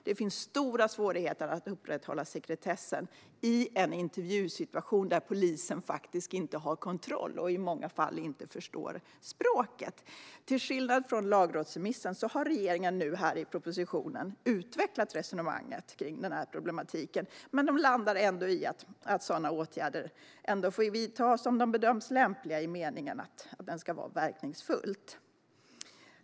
Det finns stora svårigheter att upprätthålla sekretessen i en intervjusituation där polisen faktiskt inte har kontroll och i många fall inte förstår språket. Till skillnad från lagrådsremissen har regeringen i propositionen utvecklat resonemanget kring denna problematik. Men man landar ändå i att sådana åtgärder får vidtas om de bedöms lämpliga i meningen att de ska vara verkningsfulla.